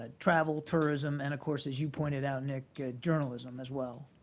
ah travel, tourism, and, of course, as you pointed out, nick, journalism as well.